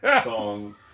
song